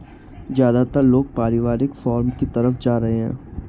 ज्यादातर लोग पारिवारिक फॉर्म की तरफ जा रहै है